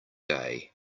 day